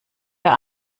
wer